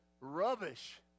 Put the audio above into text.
rubbish